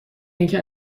اینکه